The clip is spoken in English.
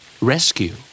rescue